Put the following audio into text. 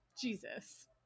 Jesus